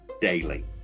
daily